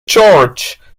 george